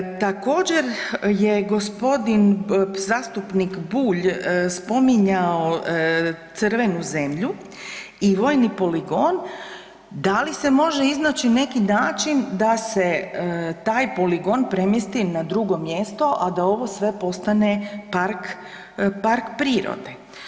Također je g. zastupnik Bulj spominjao crvenu zemlju i vojni poligon, da li se može iznaći neki način da se taj poligon premjesti na drugo mjesto, a da ovo sve postane park, park prirode.